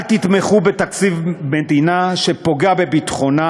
אל תתמכו בתקציב מדינה שפוגע בביטחונה,